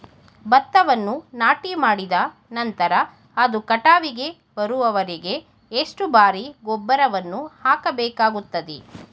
ಭತ್ತವನ್ನು ನಾಟಿಮಾಡಿದ ನಂತರ ಅದು ಕಟಾವಿಗೆ ಬರುವವರೆಗೆ ಎಷ್ಟು ಬಾರಿ ಗೊಬ್ಬರವನ್ನು ಹಾಕಬೇಕಾಗುತ್ತದೆ?